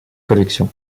collection